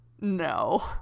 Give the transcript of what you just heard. no